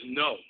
no